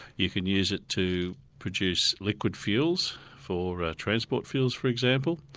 you can use it to produce liquid fuels for ah transport fuels, for example.